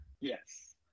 Yes